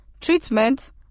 treatment